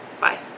bye